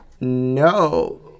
no